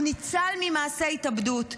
הוא ניצל ממעשה התאבדות,